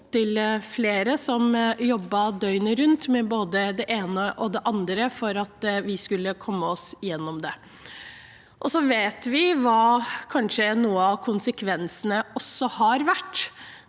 kjenner opptil flere som jobbet døgnet rundt med både det ene og det andre for at vi skulle komme oss gjennom det. Vi vet hva noen av konsekvensene kanskje også har vært.